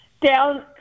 down